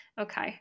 Okay